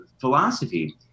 philosophy